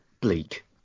bleak